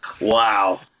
Wow